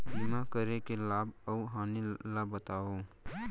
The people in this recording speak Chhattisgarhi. बीमा करे के लाभ अऊ हानि ला बतावव